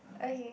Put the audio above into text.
okay